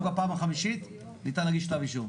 רק בפעם החמישית ניתן להגיש כתב אישום.